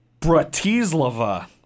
Bratislava